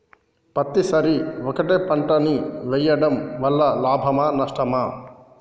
పత్తి సరి ఒకటే పంట ని వేయడం వలన లాభమా నష్టమా?